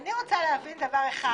אני רוצה להבין דבר אחד